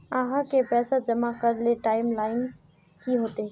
आहाँ के पैसा जमा करे ले टाइम लाइन की होते?